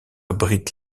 abrite